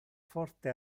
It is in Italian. forte